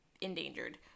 endangered